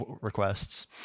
requests